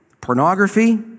pornography